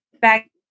back